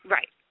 Right